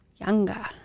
Younger